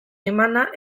emana